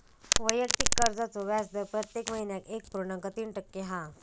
वैयक्तिक कर्जाचो व्याजदर प्रत्येक महिन्याक एक पुर्णांक तीन टक्के हा